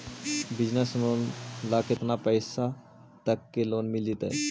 Business loan ल केतना पैसा तक के लोन मिल जितै?